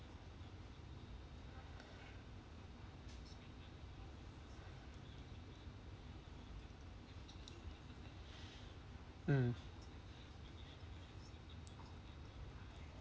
mm